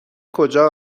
کجا